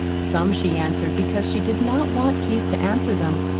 some she answered because she did not want keith to answer them.